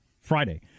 Friday